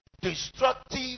destructive